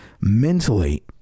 mentally